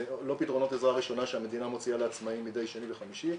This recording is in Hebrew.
ולא פתרונות עזרה ראשונה שהמדינה מוציאה לעצמאיים מדי שני וחמישי.